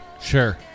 Sure